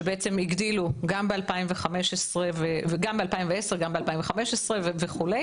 שבעצם הגדילו גם ב-2010 וגם ב-2015 וכו'.